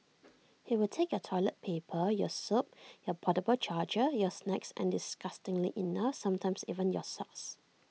he will take your toilet paper your soap your portable charger your snacks and disgustingly enough sometimes even your socks